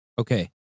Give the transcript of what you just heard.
Okay